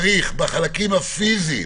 צריך להשוות בחלקים הפיזיים,